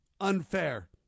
unfair